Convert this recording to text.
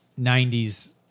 90s